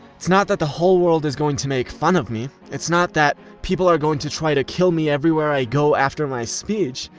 it's not that the whole world is going to make fun of me, it's not that people are going to try to kill me everywhere i go after my speech.